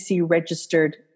registered